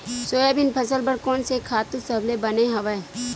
Soybean फसल बर कोन से खातु सबले बने हवय?